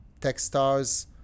TechStars